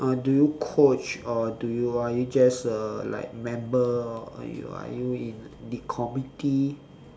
uh do you coach or do you are you just a like member or are you are you in the committee